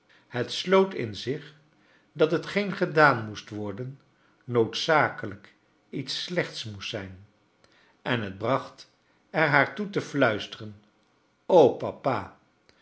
het sloot in zich dat hetgeen gedaan moest worden noodzakelijk iets slechts moest zijn en het bracht er haar toe te fluisteren papa